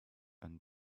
and